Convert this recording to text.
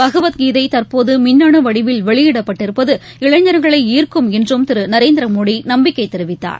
பகவத் கீதை தற்போது மிண்ணனு வடிவில் வெளியிடப்பட்டிருப்பது இளைஞர்களை ஈர்க்கும் என்றும் திரு நரேந்திர மோடி நம்பிக்கை தெரிவித்தார்